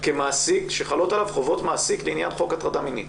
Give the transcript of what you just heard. כמעסיק שחלות עליו חובות מעסיק לעניין חוק הטרדה מינית.